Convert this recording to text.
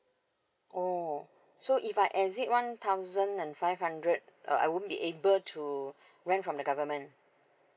oh so if I exceed one thousand and five hundred uh I won't be able to rent from the government